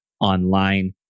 online